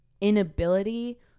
inability